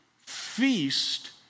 feast